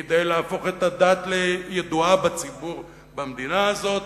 כדי להפוך את הדת לידועה בציבור במדינה הזאת,